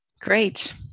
great